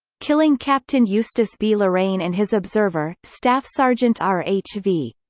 killing captain eustace b. loraine and his observer, staff sergeant r h v.